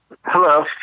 hello